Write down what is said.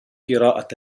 قراءة